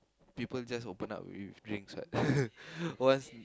people just open up to you with drinks